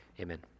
amen